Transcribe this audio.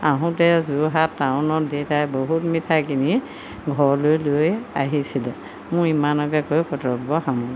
আহোঁতে যোৰহাট টাউনত দেউতাই বহুত মিঠাই কিনি ঘৰলৈ লৈ আহিছিলে মই ইমানকে কৈ বক্তব্য সামৰণি মাৰিলোঁ